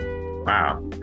wow